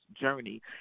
journey